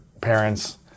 parents